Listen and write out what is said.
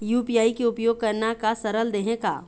UPI के उपयोग करना का सरल देहें का?